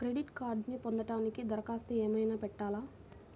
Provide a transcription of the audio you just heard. Credit కార్డ్ను పొందటానికి దరఖాస్తు ఏమయినా పెట్టాలా?